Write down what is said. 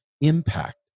impact